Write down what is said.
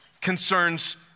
concerns